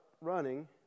running